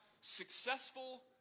successful